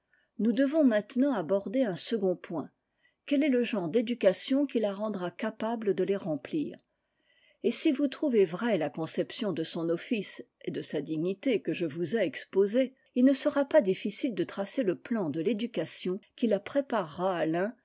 nous devons maintenant aborder un second point quel est le genre d'éducation qui la rendra capable de les remplir et syvous trouvez vraie la conception de son ofuce et de sa dignité que je vous ai exposée il ne sera pas difficile de tracer le plan de l'éducation qui la préparera